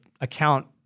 account